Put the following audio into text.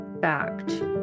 fact